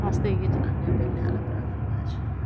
अस ते इ'यै चलाने पैह्लें आह्ला रवाज़